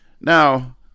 now